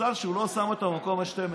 מזל שהוא לא שם אותה במקום ה-12.